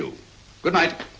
do good night